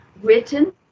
written